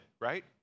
right